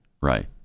right